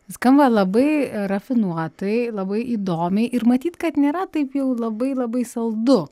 skamba labai rafinuotai labai įdomiai ir matyt kad nėra taip jau labai labai saldu